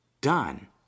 done